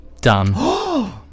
done